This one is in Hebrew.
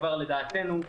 לדעתנו,